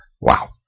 Wow